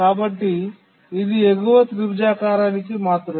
కాబట్టి ఇది ఎగువ త్రిభుజాకార మాతృక